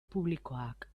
publikoak